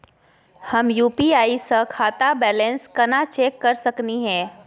हम यू.पी.आई स खाता बैलेंस कना चेक कर सकनी हे?